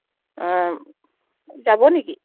যাব নেকি